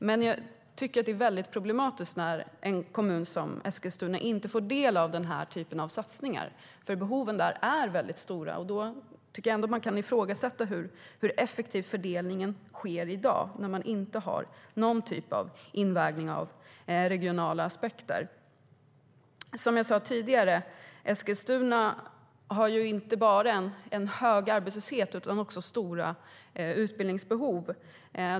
Men jag tycker att det är problematiskt när en kommun som Eskilstuna inte får del av den här typen av satsningar, för behoven där är väldigt stora. Då kan man ifrågasätta hur effektivt fördelningen sker i dag, när det inte görs någon invägning av regionala aspekter. Som jag sa tidigare har Eskilstuna inte bara en hög arbetslöshet utan också stora utbildningsbehov.